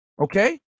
okay